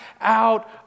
out